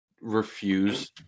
refuse